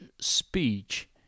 speech